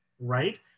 right